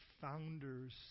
founders